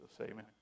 Amen